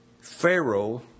Pharaoh